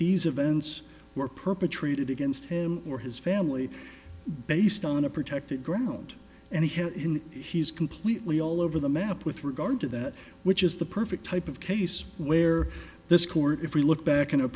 these events were perpetrated against him or his family based on a protected ground and he had he's completely all over the map with regard to that which is the perfect type of case where this court if we look back in a